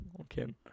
Okay